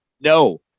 No